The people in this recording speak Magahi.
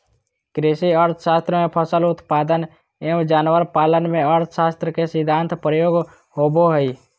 कृषि अर्थशास्त्र में फसल उत्पादन एवं जानवर पालन में अर्थशास्त्र के सिद्धान्त प्रयोग होबो हइ